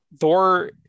Thor